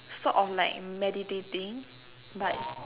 sort of like meditating but